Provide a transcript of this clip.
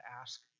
ask